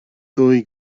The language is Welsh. ddwy